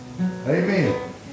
Amen